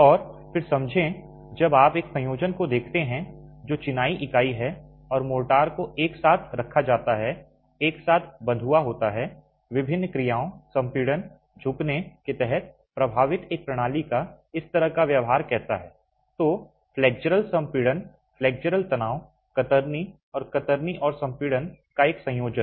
और फिर समझें जब आप एक संयोजन को देखते हैं जो चिनाई इकाई है और मोर्टार को एक साथ रखा जाता है एक साथ बंधुआ होता है विभिन्न क्रियाओं संपीड़न झुकने के तहत प्रभावित एक प्रणाली का इस तरह का व्यवहार कैसा है तो flexural संपीड़न flexural तनाव कतरनी और कतरनी और संपीड़न का एक संयोजन